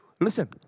listen